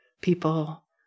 people